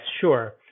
sure